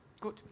gut